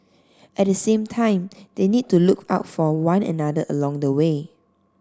at the same time they need to look out for one another along the way